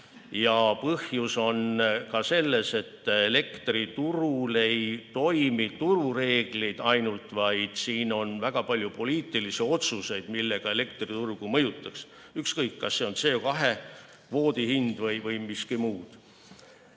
Ja põhjus on ka selles, et elektriturul ei toimi ainult turureeglid, vaid siin on väga palju poliitilisi otsuseid, millega elektriturgu mõjutatakse, ükskõik kas see on CO2kvoodi hind või miski muu.